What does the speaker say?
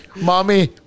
Mommy